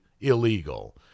illegal